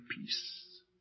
peace